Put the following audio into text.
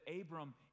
Abram